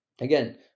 again